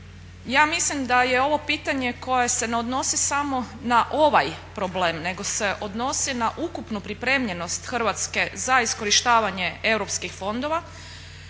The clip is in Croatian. ja mislim da je ovo pitanje koje se ne odnosi samo na ovaj problem nego se odnosi na ukupnu pripremljenost Hrvatske za iskorištavanje europskih fondova